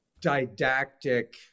didactic